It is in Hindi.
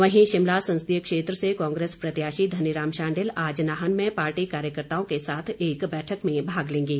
वहीं शिमला संसदीय क्षेत्र से कांग्रेस प्रत्याशी धनीराम शांडिल आज नाहन में पार्टी कार्यकर्ताओं के साथ एक बैठक में भाग लेंगे